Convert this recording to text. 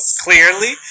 Clearly